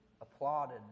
applauded